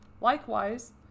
Likewise